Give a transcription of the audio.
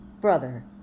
Brother